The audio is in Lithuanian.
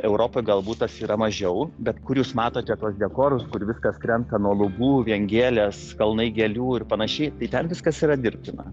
europoj galbūt tas yra mažiau bet kur jūs matote tuos dekorus kur viskas krenta nuo lubų vien gėlės kalnai gėlių ir panašiai tai ten viskas yra dirbtina